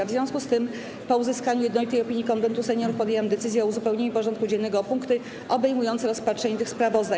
W związku z tym, po uzyskaniu jednolitej opinii Konwentu Seniorów, podjęłam decyzję o uzupełnieniu porządku dziennego o punkty obejmujące rozpatrzenie tych sprawozdań.